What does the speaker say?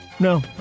No